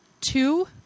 Two